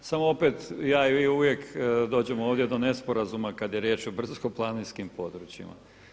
Samo opet ja i vi uvijek dođemo ovdje do nesporazuma kada je riječ o brdsko-planinskim područjima.